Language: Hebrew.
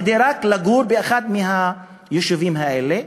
כדי רק לגור באחד מהיישובים האלה.